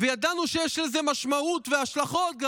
וידענו שיש לזה גם משמעות והשלכות,